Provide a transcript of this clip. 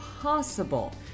possible